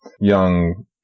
young